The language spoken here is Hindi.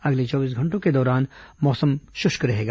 अगले चौबीस घंटों के दौरान मौसम शुष्क रहेगा